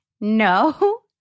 no